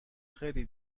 خیلی